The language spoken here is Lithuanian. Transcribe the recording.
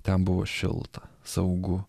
ten buvo šilta saugu